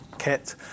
kit